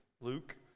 Luke